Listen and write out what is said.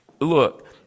look